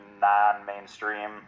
non-mainstream